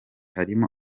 harimo